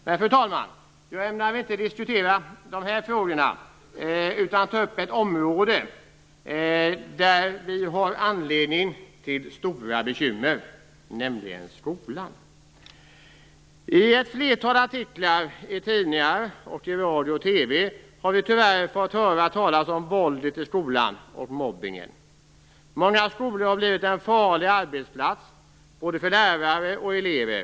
Men, fru talman, jag ämnar inte diskutera de här frågorna utan ta upp ett område där det finns stora bekymmer, nämligen skolan. I ett flertal artiklar i tidningar liksom i inslag i radio och TV har vi tyvärr fått höra talas om våldet och mobbningen i skolan. Många skolor har blivit en farlig arbetsplats för både lärare och elever.